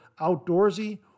outdoorsy